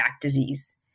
disease